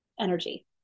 energy